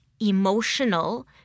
emotional